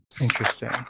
Interesting